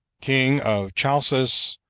king of chalcis,